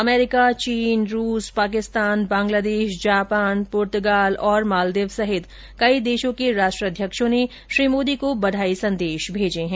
America चीन रूस Pakistan Bangladesh Japan प्र्तगाल मालदीव सहित कई देशों के राष्ट्राध्यक्षों ने श्री मोदी को बधाई संदेश भेजे है